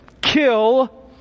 Kill